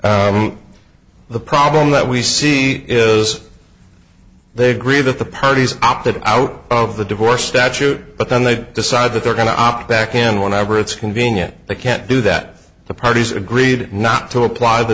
did the problem that we see is they agree that the parties opted out of the divorce statute but then they decide that they're going to opt back in whenever it's convenient they can't do that the parties agreed not to apply the